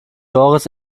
doris